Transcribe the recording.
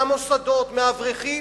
מהמוסדות, מהאברכים,